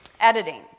editing